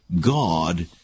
God